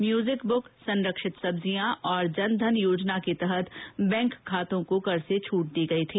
music book संरक्षित सब्जियां और जनधन योजना के तहत बैंक खातों को कर से छूट दी गई थी